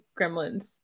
Gremlins